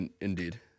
Indeed